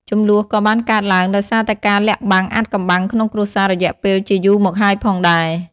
ជម្លោះក៏បានកើតឡើងដោយសារតែការលាក់បាំងអាថ៌កំបាំងក្នុងគ្រួសាររយៈពេលជាយូរមកហើយផងដែរ។